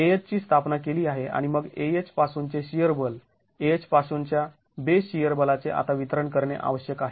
Ah ची स्थापना केली आहे आणि मग Ah पासूनचे शिअर बल Ah पासून च्या बेस शिअर बलाचे आता वितरण करणे आवश्यक आहे